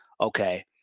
okay